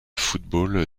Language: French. football